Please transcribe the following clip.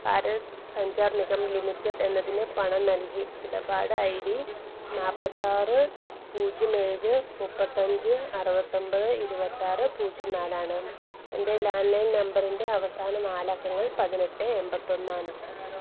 Bharat Sanchar Nigam limited എന്നതിനു പണം നൽകി ഇടപാട് ഐ ഡി നാല്പത്തിയാറ് പൂജ്യം ഏഴ് മുപ്പത്തിയഞ്ച് അറുപത്തി ഒമ്പത് ഇരുപത്തിയാറ് പൂജ്യം നാലാണ് എൻ്റെ ലാൻഡ് ലൈൻ നമ്പറിൻ്റെ അവസാന നാലക്കങ്ങൾ പതിനെട്ട് എണ്പത്തിയൊന്നാണ്